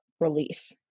release